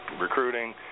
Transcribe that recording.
recruiting